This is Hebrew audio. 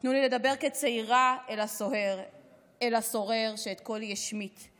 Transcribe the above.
// תנו לי לדבר כצעירה אל הסוהר / אל הסורר שאת קולי השמיט /